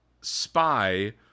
spy